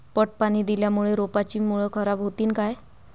पट पाणी दिल्यामूळे रोपाची मुळ खराब होतीन काय?